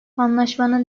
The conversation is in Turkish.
anlaşmanın